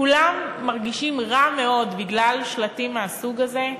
כולם מרגישים רע מאוד בגלל שלטים מהסוג הזה,